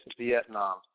Vietnam